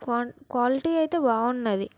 quality అయితే బాగున్నది